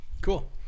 Cool